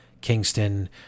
Kingston